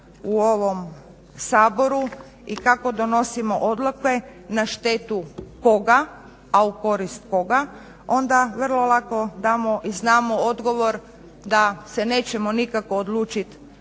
u ovom Saboru i kako donosimo odluke na štetu koga, a u korist koga, onda vrlo lako damo i znamo odgovor da se nećemo nikako odlučiti